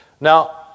Now